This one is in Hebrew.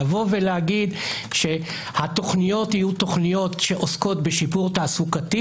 לבוא ולהגיד שהתכניות יעסקו בשיפור תעסוקתי